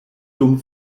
dum